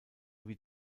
wie